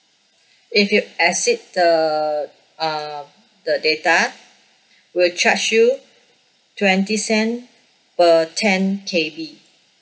if you exceed the um the data we'll charge you twenty cent per ten K_B